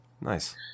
nice